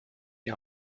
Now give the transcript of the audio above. die